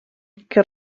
que